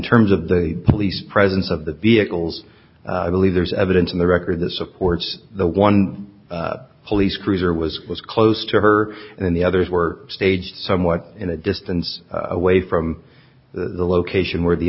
terms of the police presence of the vehicles i believe there's evidence in the record to support the one police cruiser was was close to her and the others were staged somewhat in the distance away from the location where the